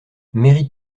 mérites